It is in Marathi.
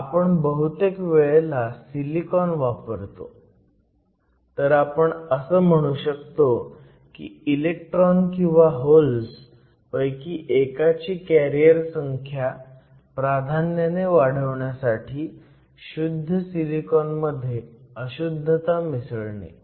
आपण बहुतेक वेळेला सिलिकॉन वापरतो तर आपण असं म्हणू शकतो की इलेक्ट्रॉन किंवा होल्स पैकी एकाची कॅरियर संख्या प्राधान्याने वाढवण्यासाठी शुद्ध सिलिकॉन मध्ये अशुद्धता मिसळणे